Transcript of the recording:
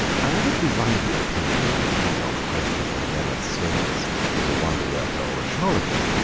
however divided opinion might be on the question of leonard's status as a wonderworker or a charlatan,